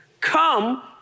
Come